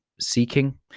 seeking